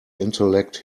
intellect